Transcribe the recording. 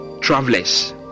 travelers